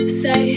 say